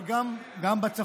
אבל גם בצפון.